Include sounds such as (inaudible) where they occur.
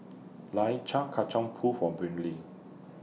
(unintelligible) Kacang Pool For Brylee